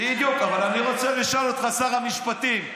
בדיוק, אבל אני רוצה לשאול אותך, שר המשפטים.